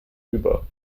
über